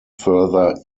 further